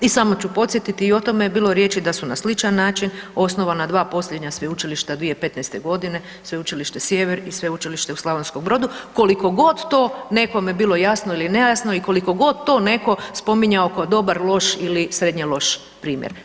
I samo ću podsjetiti, i o tome je bilo riječi da su na sličan način osnovana 2 posljednja sveučilišta, 2015. g., Sveučilište Sjever i Sveučilište u Slavonskom Brodu, koliko god to nekome bilo jasno ili nejasno, i koliko god to netko spominjao kao dobar, loš ili srednje loš primjer.